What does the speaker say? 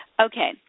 Okay